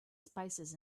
spices